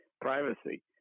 privacy